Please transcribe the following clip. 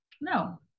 no